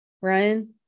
Ryan